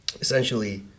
essentially